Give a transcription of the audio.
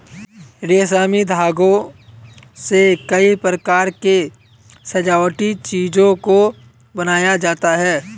रेशमी धागों से कई प्रकार के सजावटी चीजों को बनाया जाता है